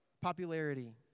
popularity